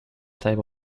type